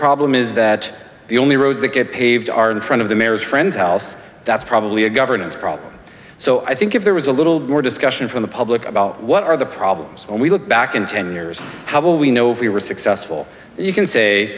problem is that the only roads that get paved are in front of the mayor's friends house that's probably a governance problem so i think if there was a little more discussion from the public about what are the problems and we look back in ten years how will we know if we were successful you can say